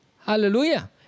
Hallelujah